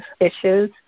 issues